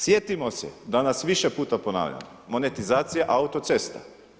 Sjetimo se, danas više puta ponavljam, monetizacija autocesta.